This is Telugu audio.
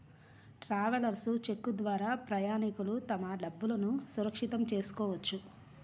ట్రావెలర్స్ చెక్ ద్వారా ప్రయాణికులు తమ డబ్బులును సురక్షితం చేసుకోవచ్చు